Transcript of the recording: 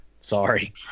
Sorry